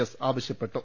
S ആവശ്യപ്പെട്ടു